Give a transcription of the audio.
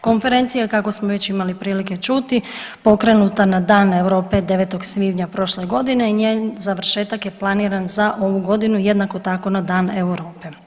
Konferencija je, kako smo već imali prilike čuti, pokrenuta na Dan Europe 9. svibnja prošle godine i njen završetak je planiran za ovu godinu jednako tako na Dan Europe.